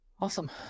Awesome